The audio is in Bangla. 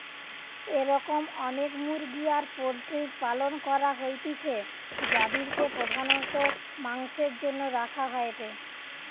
এরম অনেক মুরগি আর পোল্ট্রির পালন করা হইতিছে যাদিরকে প্রধানত মাংসের জন্য রাখা হয়েটে